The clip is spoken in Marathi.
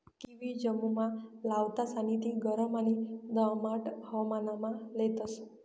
किवी जम्मुमा लावतास आणि ती गरम आणि दमाट हवामानमा लेतस